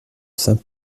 saint